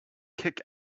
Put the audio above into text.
kick